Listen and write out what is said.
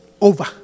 over